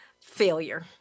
failure